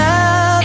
Now